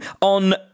on